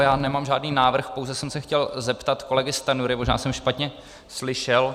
Já nemám žádný návrh, pouze jsem se chtěl zeptat kolegy Stanjury, možná jsem špatně slyšel.